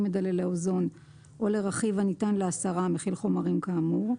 מדללי אוזון או לרכיב הניתן להסרה המכיל חומרים כאמור,